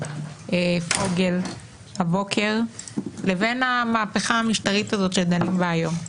פוגל הבוקר לבין ההפיכה המשטרית הזאת שדנים בה היום.